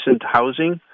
housing